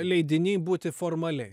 leidiny būti formaliai